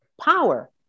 Power